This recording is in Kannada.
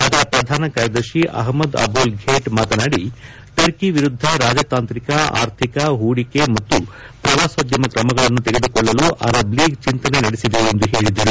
ಅದರ ಪ್ರಧಾನ ಕಾರ್ಯದರ್ಶಿ ಅಹ್ಲದ್ ಅಬೊಲ್ ಫೇಟ್ ಮಾತನಾಡಿ ಟರ್ಕಿ ವಿರುದ್ದ ರಾಜತಾಂತ್ರಿಕ ಅರ್ಥಿಕ ಹೂಡಿಕೆ ಮತ್ತು ಪ್ರವಾಸೋದ್ದಮ ಕ್ರಮಗಳನ್ನು ತೆಗೆದುಕೊಳ್ಳಲು ಅರಬ್ ಲೀಗ್ ಚಿಂತನೆ ನಡೆಸಿದೆ ಎಂದು ಹೇಳಿದರು